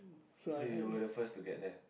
so you were the first to get to get there